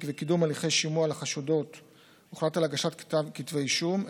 וקיום הליכי שימוע לחשודות הוחלט על הגשת כתבי אישום,